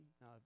Now